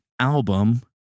album